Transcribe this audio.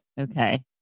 Okay